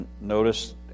notice